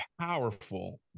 powerful